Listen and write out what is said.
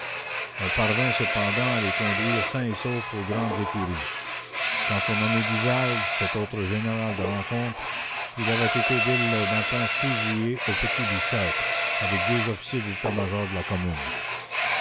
on parvint cependant à les conduire sains et saufs aux grandes écuries quant au nommé duval cet autre général de rencontre il avait été dès le matin fusillé au petit bicêtre avec deux officiers d'état-major de la commune